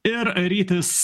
ir rytis